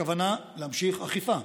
הכוונה היא להמשיך אכיפה,